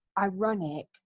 ironic